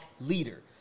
leader